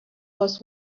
was